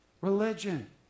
Religion